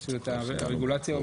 הרגולציה,